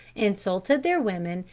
insulted their women,